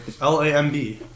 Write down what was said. L-A-M-B